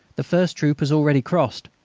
the first troop has already crossed,